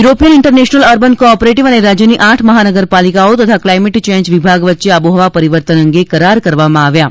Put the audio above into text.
European International Urban co operative અને રાજ્યની આઠ મહાનગરપાલિકાઓ તથા ક્લાઇમેન્ટ ચેન્જ વિભાગ વચ્ચે આબોહવા પરિવર્તન અંગે કરાર કરવામાં આવ્યા છે